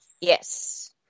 yes